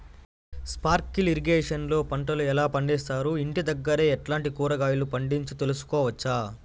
Sprinkle irrigation లో పంటలు ఎలా పండిస్తారు, ఇంటి దగ్గరే ఎట్లాంటి కూరగాయలు పండించు తెలుసుకోవచ్చు?